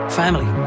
family